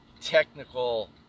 technical